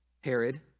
Herod